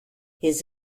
his